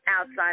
Outside